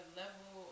level